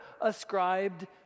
ascribed